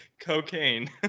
cocaine